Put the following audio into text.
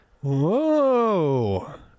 Whoa